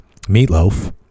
meatloaf